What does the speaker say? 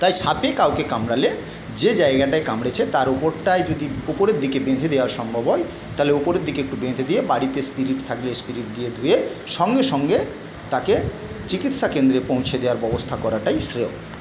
তাই সাপে কাউকে কামড়ালে যে জায়গাটায় কামড়েছে তার উপরটায় যদি উপরের দিকে বেঁধে দেওয়া সম্ভব হয় তাহলে উপরের দিকে একটু বেঁধে দিয়ে বাড়িতে স্পিরিট থাকলে স্পিরিট দিয়ে ধুয়ে সঙ্গে সঙ্গে তাকে চিকিৎসাকেন্দ্রে পৌঁছে দেওয়ার ব্যবস্থা করাটাই শ্রেয়